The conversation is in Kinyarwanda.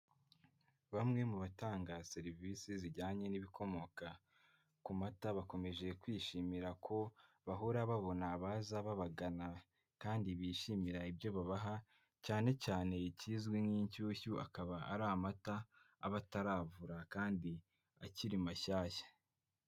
Bamwe mu batanga serivisi zijyanye n'ibikomoka ku mata, bakomeje kwishimira ko bahora babona abaza babagana kandi bishimira ibyo babaha cyane cyane ikizwi nk'inshyushyu akaba ari amata aba ataravura kandi akiri mashyashya.